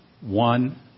one